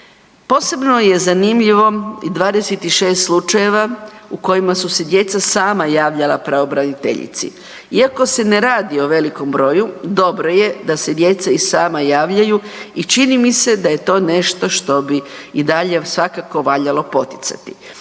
Posebno je zanimljivo 26 slučajeva u kojima su se djeca sama javljala pravobraniteljici. Iako se ne radi o velikom broju dobro je da se djeca i sama javljaju i čini mi se da je to nešto što bi i dalje svakako valjalo poticati.